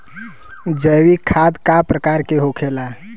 जैविक खाद का प्रकार के होखे ला?